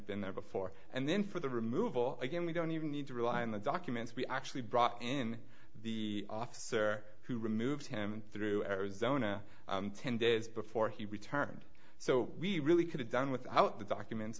been there before and then for the removal again we don't even need to rely on the documents we actually brought in the officer who removed him through arizona ten days before he returned so we really could have done without the documents